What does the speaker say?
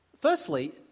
Firstly